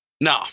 no